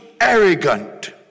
arrogant